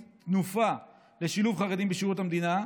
"תנופה" לשילוב חרדים בשירות המדינה,